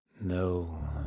No